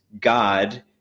God